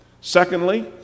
Secondly